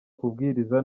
kubwiriza